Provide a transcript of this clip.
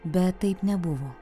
bet taip nebuvo